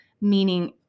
meaning